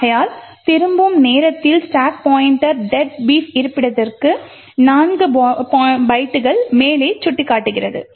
ஆகையால் திரும்பும் நேரத்தில் ஸ்டாக் பாய்ண்ட்டர் "deadbeef" இருப்பிடத்திற்கு 4 பைட்டுகள் மேலே சுட்டிக்காட்டுகிறது